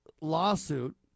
lawsuit